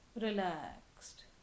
Relaxed